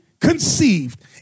conceived